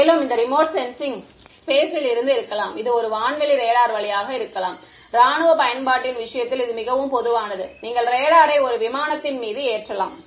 மேலும் இந்த remote sensing ஸ்பேசில் இருந்து இருக்கலாம் இது ஒரு வான்வழி ரேடார் வழியாக இருக்கலாம் இராணுவ பயன்பாட்டின் விஷயத்தில் இது மிகவும் பொதுவானது நீங்கள் ரேடாரை ஒரு விமானத்தின் மீது ஏற்றலாம்